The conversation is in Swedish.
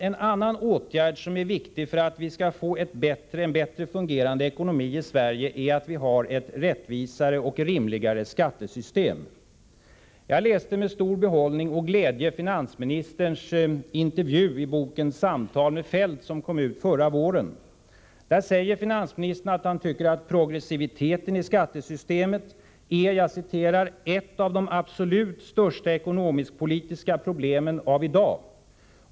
En annan faktor som är viktig för att vi skall få en bättre fungerande ekonomi i Sverige är att vi har ett rättvisare och rimligare skattesystem. Jag läste med stor behållning och glädje finansministerns intervju i boken Samtal med Feldt, som kom ut förra våren. Där säger finansministern att han tycker att progressiviteten i skattesystemet är ”ett av de absolut största ekonomisk-politiska problemen av i dag”.